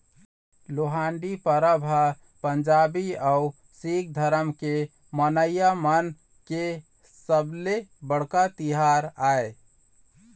लोहड़ी परब ह पंजाबी अउ सिक्ख धरम के मनइया मन के सबले बड़का तिहार आय